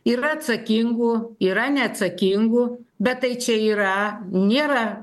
yra atsakingų yra neatsakingų bet tai čia yra nėra